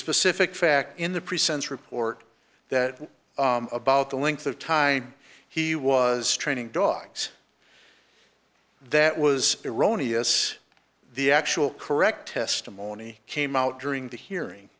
specific fact in the present report that about the length of time he was training dogs that was eroni as the actual correct testimony came out during the hearing